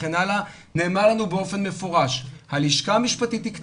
נאמר לנו באופן מפורש שהלשכה המשפטית היא קטנה,